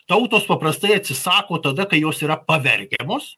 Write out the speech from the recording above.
tautos paprastai atsisako tada kai jos yra pavergiamos